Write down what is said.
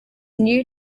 new